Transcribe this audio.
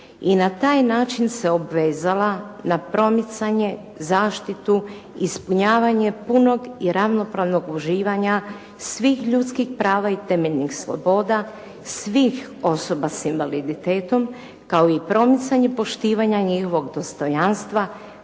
i na taj način se obvezala na promicanje, zaštitu, ispunjavanje punog i ravnopravnog uživanja svih ljudskih prava i temeljnih sloboda, svih osoba s invaliditetom kao i promicanje poštivanja njihovog dostojanstva